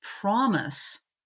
promise